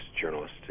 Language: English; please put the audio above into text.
journalist